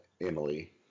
Emily